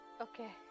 Okay